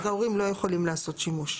אז ההורים לא יכולים לעשות שימוש.